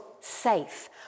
safe